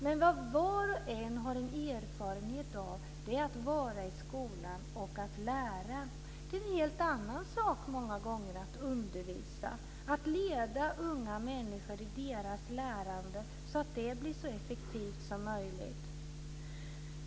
Men vad var och en har en erfarenhet av är att vara i skolan och att lära. Det är en helt annan sak, många gånger, att undervisa och leda unga människor i deras lärande så att det blir så effektivt som möjligt.